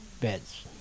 beds